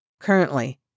Currently